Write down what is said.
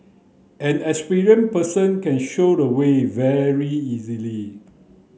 an experienced person can show the way very easily